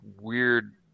weird